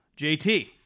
JT